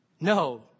No